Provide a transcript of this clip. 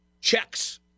checks